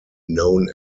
known